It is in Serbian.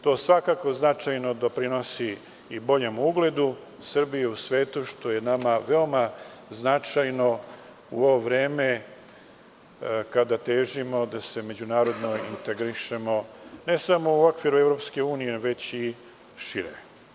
To svakako značajno doprinosi i boljem ugledu Srbije u svetu što je nama veoma značajno u ovo vreme kada težimo da se međunarodno integrišemo, ne samo u okviru EU, već i šire.